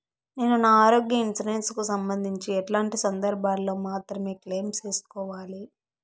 నేను నా ఆరోగ్య ఇన్సూరెన్సు కు సంబంధించి ఎట్లాంటి సందర్భాల్లో మాత్రమే క్లెయిమ్ సేసుకోవాలి?